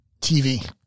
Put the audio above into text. TV